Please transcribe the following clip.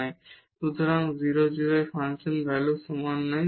alongxy 0 ≠ f 0 0 সুতরাং এটি 0 0 এ ফাংশন ভ্যালুর সমান নয়